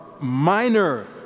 minor